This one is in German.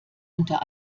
unter